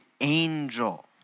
angel